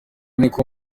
niko